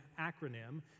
acronym